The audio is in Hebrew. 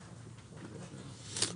17(2)26ה(ד).